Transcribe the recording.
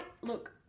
look